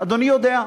אדוני יודע,